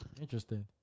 Interesting